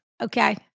Okay